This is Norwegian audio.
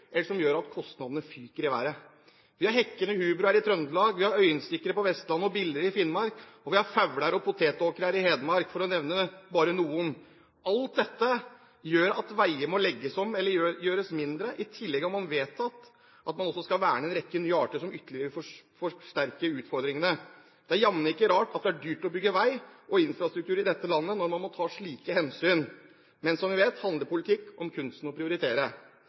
eller som gjør at kostnadene fyker i været. Vi har hekkende hubroer i Trøndelag, vi har øyestikkere på Vestlandet og biller i Finnmark, og vi har fugler og potetåkre i Hedmark, for å nevne bare noen. Alt dette gjør at veier må legges om eller gjøres mindre. I tillegg har man vedtatt at man også skal verne en rekke nye arter, noe som ytterligere forsterker utfordringene. Det er jammen ikke rart at det er dyrt å bygge vei og infrastruktur i dette landet når man må ta slike hensyn. Men som vi vet, handler politikk om kunsten å prioritere.